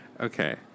Okay